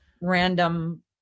random